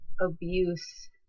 abuse